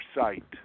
site